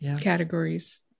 categories